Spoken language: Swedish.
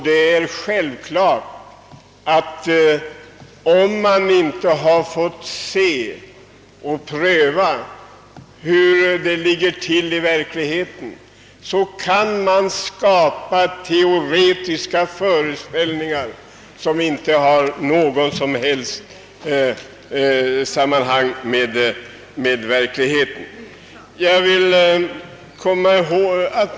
Det är självklart att man, om man inte sett eller prövat på hur det ligger till i verkligheten, kan skapa teoretiska föreställningar, som inte har något som helst att göra med förhållandena i verkligheten.